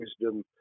wisdom